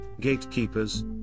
gatekeepers